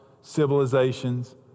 civilizations